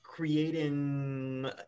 creating